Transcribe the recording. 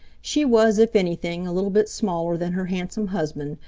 she was, if anything, a little bit smaller than her handsome husband,